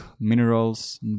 minerals